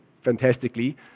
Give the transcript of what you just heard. fantastically